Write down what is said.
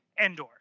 Endor